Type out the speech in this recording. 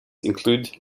include